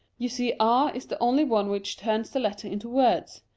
you see r is the only one which turns the letters into words.